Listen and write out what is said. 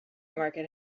market